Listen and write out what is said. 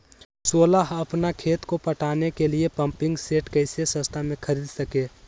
सोलह अपना खेत को पटाने के लिए पम्पिंग सेट कैसे सस्ता मे खरीद सके?